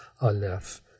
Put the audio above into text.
aleph